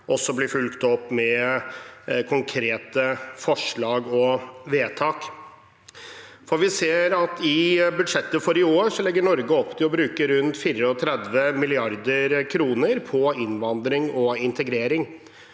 vil bli fulgt opp med konkrete forslag og vedtak. I budsjettet for i år ser vi at Norge legger opp til å bruke rundt 34 mrd. kr på innvandring og integrering.